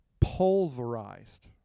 pulverized